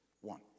one